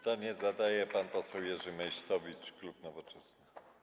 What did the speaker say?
Pytanie zadaje pan poseł Jerzy Meysztowicz, klub Nowoczesna.